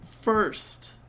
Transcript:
first